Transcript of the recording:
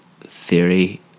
theory